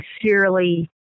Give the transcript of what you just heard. sincerely